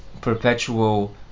perpetual